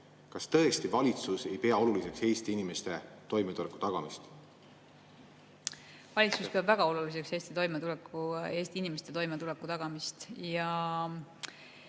Kas tõesti valitsus ei pea oluliseks Eesti inimeste toimetuleku tagamist? Valitsus peab väga oluliseks Eesti inimeste toimetuleku tagamist.